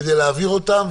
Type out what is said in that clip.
להעביר אותם?